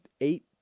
eight –